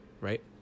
right